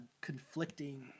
conflicting